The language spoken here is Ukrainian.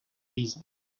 різні